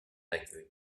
accueil